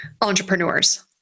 entrepreneurs